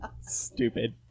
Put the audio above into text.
stupid